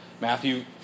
Matthew